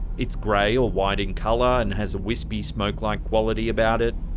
it's gray or white in color, and has a wispy smoke like quality about it.